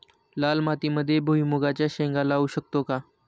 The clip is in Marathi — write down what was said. लाल मातीमध्ये भुईमुगाच्या शेंगा लावू शकतो का?